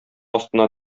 астына